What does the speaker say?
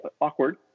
awkward